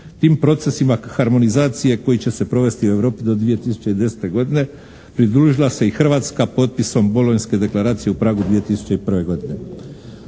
Tim procesima harmonizacije koji će se provesti u Europi do 2010. godine pridružila se i Hrvatska potpisom Bolonjske deklaracije u Pragu 2001. godine.